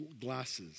glasses